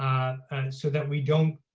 um and so that we don't,